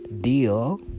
deal